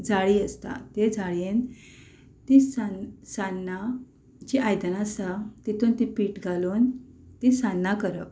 जाळी आसता ते जाळयेन तीं सान्नां जीं आयदनां आसा तितूंत तीं पीठ घालून तीं सान्नां करप